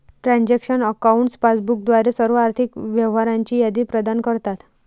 transaction accounts passbook द्वारे सर्व आर्थिक व्यवहारांची यादी प्रदान करतात